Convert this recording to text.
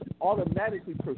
automatically